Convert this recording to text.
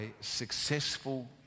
successful